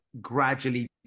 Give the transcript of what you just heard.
gradually